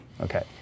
Okay